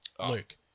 Luke